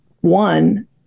one